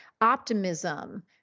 optimism